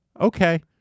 okay